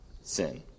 Sin